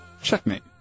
Checkmate